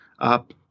up